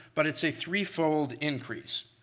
but it's a three-fold increase.